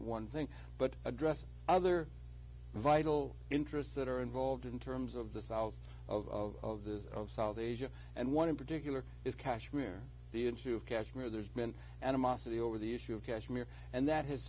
one thing but address the other vital interests that are involved in terms of the south of the of south asia and one in particular is kashmir the issue of kashmir there's been animosity over the issue of kashmir and that h